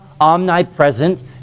omnipresent